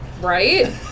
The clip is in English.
right